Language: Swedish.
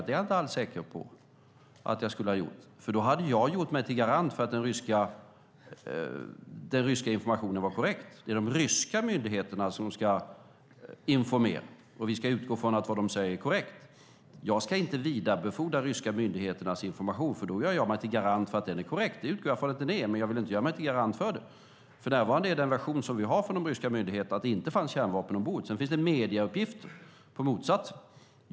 Det är jag inte alldeles säker på att jag skulle ha gjort. Då skulle jag ha gjort mig till garant för att den ryska informationen är korrekt. Det är de ryska myndigheterna som ska informera, och vi ska utgå från att vad de säger är korrekt. Jag ska inte vidarebefordra de ryska myndigheternas information. Då gör jag mig till garant för att den är korrekt. Det utgår jag från att den är, men jag vill inte göra mig till garant för den. För närvarande är den version vi har från de ryska myndigheterna att det inte fanns kärnvapen ombord; sedan finns det medieuppgifter om motsatsen.